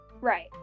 Right